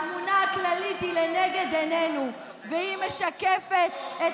התמונה הכללית היא לנגד עינינו והיא משקפת את